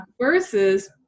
versus